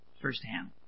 firsthand